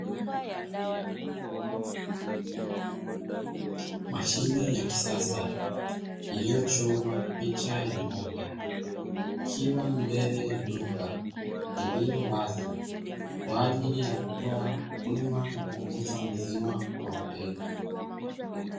Mashine ya kisasa iliyochorwa picha ya ng'ombe, ikiwa mbele ya duka lililo wazi, kwa ajili ya kutoa huduma ya kuuza maziwa kwa wateja.